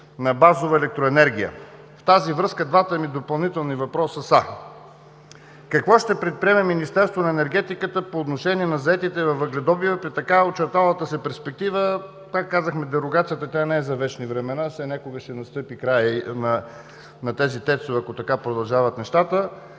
на базова електроенергия. В тази връзка двата ми допълнителни въпроса са: Какво ще предприеме Министерството на енергетиката по отношение на заетите във въгледобива при така очерталата се перспектива? Пак казваме, че дерогацията не е за вечни времена, все някога ще настъпи и краят на тези ТЕЦ-ове, ако така продължават нещата.